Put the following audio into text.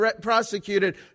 prosecuted